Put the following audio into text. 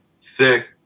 thick